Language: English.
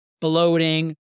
bloating